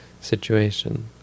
situation